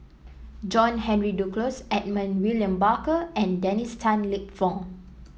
John Henry Duclos Edmund William Barker and Dennis Tan Lip Fong